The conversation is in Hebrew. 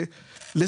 יש,